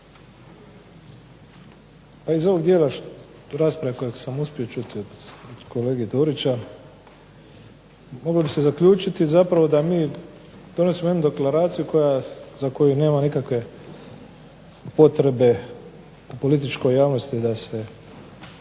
Pa iz ovog dijela rasprave kojeg sam uspio čuti od kolege Dorića moglo bi se zaključiti zapravo da mi donosimo jednu deklaraciju za koju nema nikakve potrebe u političkoj javnosti da se